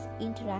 interact